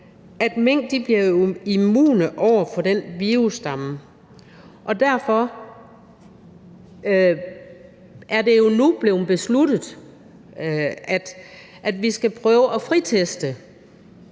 at mink bliver immune over for den virusstamme, og derfor er det jo nu blevet besluttet, at vi skal prøve at friteste,